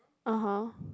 (uh huh)